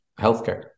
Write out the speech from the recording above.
healthcare